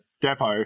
depot